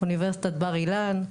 אוניברסיטת בר אילן,